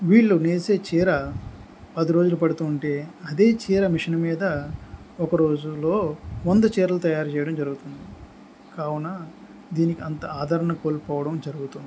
వీళ్ళు నేసే చీర పది రోజులు పడుతుంటే అదే చీర మిషన్ మీద ఒక రోజుల్లో వంద చీరలు తయారు చేయడం జరుగుతుంది కావున దీనికి అంత ఆదరణ కోల్పోవడం జరుగుతుంది